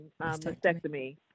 mastectomy